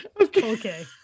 Okay